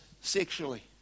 sexually